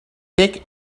thick